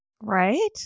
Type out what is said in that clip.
Right